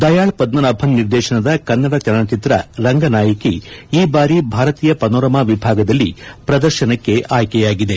ದಯಾಳ್ ಪದ್ಮನಾಭನ್ ನಿರ್ದೇಶನದ ಕನ್ನಡ ಚಲನಚಿತ್ರ ರಂಗನಾಯಕಿ ಈ ಬಾರಿ ಭಾರತೀಯ ಪನೋರಮಾ ವಿಭಾಗದಲ್ಲಿ ಪ್ರದರ್ಶನಕ್ಕೆ ಆಯ್ಕೆಯಾಗಿದೆ